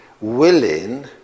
Willing